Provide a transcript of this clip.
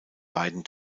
beiden